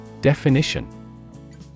Definition